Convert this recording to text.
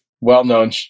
well-known